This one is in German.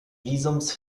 visums